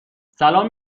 سلام